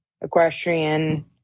Equestrian